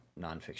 nonfiction